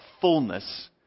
fullness